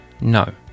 No